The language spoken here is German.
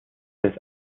des